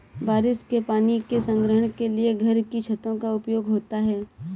बारिश के पानी के संग्रहण के लिए घर की छतों का उपयोग होता है